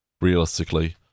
realistically